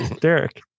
Derek